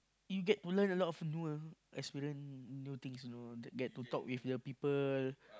you get to learn a lot of new experience new things you know get to talk to the people